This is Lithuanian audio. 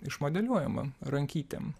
išmodeliuojama rankytėm